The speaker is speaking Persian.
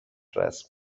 رسم